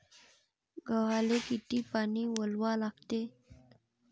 गव्हाले किती पानी वलवा लागते?